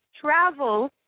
travel